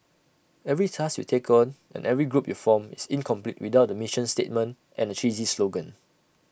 every task you take on and every group you form is incomplete without A mission statement and A cheesy slogan